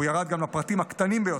והוא ירד גם לפרטים הקטנים ביותר,